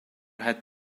had